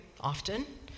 often